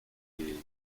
jej